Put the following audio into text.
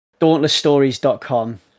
dauntlessstories.com